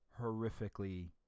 Horrifically